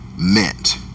Meant